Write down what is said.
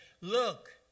look